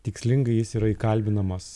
tikslingai jis yra įkalbinamas